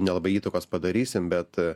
nelabai įtakos padarysim bet